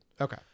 Okay